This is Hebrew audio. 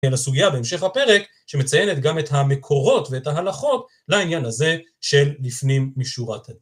נהיה לסוגיה בהמשך הפרק, שמציינת גם את המקורות ואת ההלכות לעניין הזה של לפנים משורת הדין.